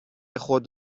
خود